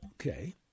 Okay